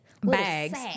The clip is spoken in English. bags